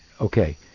okay